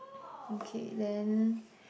okay then